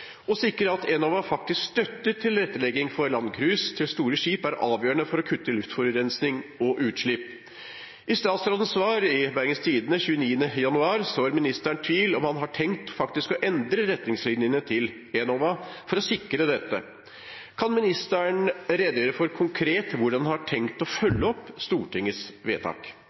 sikre at Enova faktisk støtter tilrettelegging av landstrøm for store skip er avgjørende for å kutte luftforurensing og utslipp. I statsrådens svar til BT 29. januar sår han tvil om han har tenkt å endre retningslinjene til Enova for å sikre dette. Kan statsråden redegjøre for konkret hvordan han har tenkt å følge opp Stortingets vedtak?»